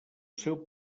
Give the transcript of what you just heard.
seu